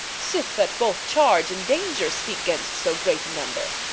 sith that both charge and danger speak gainst so great a number?